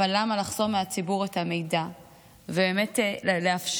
אבל למה לחסום מהציבור את המידע ולא באמת לאפשר